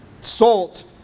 Salt